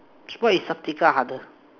cheaper is harder